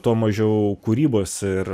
tuo mažiau kūrybos ir